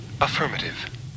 Affirmative